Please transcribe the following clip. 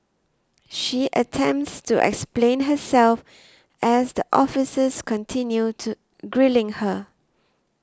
she attempts to explain herself as the officers continue to grilling her